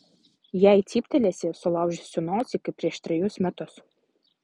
jei cyptelėsi sulaužysiu nosį kaip prieš trejus metus